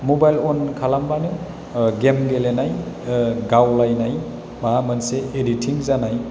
mobile अन खालामबानो game गेलेनाय गावलायनाय माबा मोनसे इदिथिं जानाय